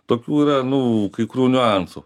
tokių yra nu kai kurių niuansų